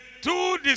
two